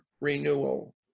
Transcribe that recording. renewal